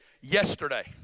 yesterday